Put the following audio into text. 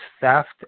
theft